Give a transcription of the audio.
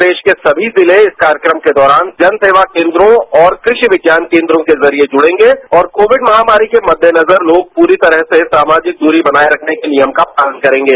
प्रदेश के सभी जिले इस कार्यक्रम के दौरान जनसेवा केन्द्रों और कृषि विज्ञान केन्द्रों के जरिये जुड़ेंगे और कोविड महामारी के मद्देनजर लोग प्ररी तरह से सामाजिक दूरी बनाये रखने के नियम का पालन करेंगे